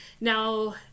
now